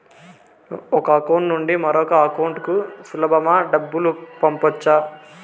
ఒక అకౌంట్ నుండి మరొక అకౌంట్ కు సులభమా డబ్బులు పంపొచ్చా